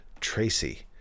tracy